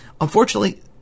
Unfortunately